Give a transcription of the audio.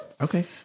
Okay